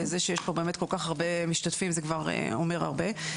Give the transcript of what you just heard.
וזה שיש פה באמת כל-כך הרבה משתתפים זה כבר אומר הרבה.